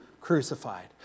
crucified